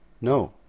No